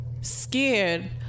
scared